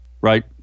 right